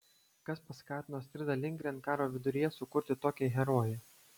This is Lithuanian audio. kas paskatino astridą lindgren karo viduryje sukurti tokią heroję